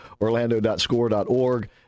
Orlando.score.org